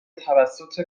توسط